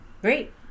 Great